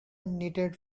knitted